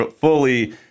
fully